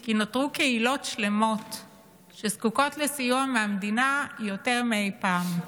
כי נותרו קהילות שלמו שזקוקות לסיוע מהמדינה יותר מאי-פעם.